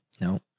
No